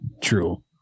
true